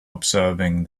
observing